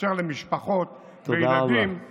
לאפשר למשפחות וילדים, תודה רבה.